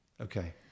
okay